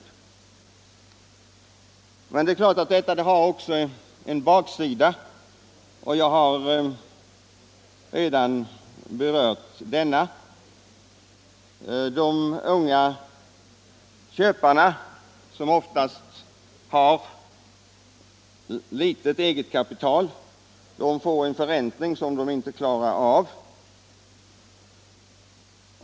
Det är klart att denna utveckling har en baksida, ja flera — jag har redan berört en: de unga köparna, som oftast har litet eget kapital, får en förräntning som de inte klarar av.